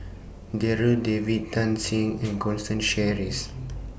Darryl David Tan Shen and Constance Sheares